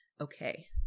okay